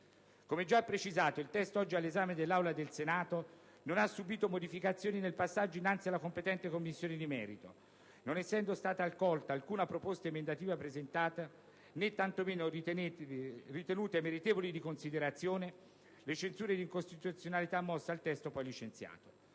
Come già precisato, il testo oggi all'esame dell'Aula del Senato non ha subìto modificazioni nel passaggio innanzi alla competente Commissione di merito, non essendo stata accolta alcuna proposta emendativa presentata, né tanto meno ritenute meritevoli di considerazione le censure d'incostituzionalità mosse al testo poi licenziato.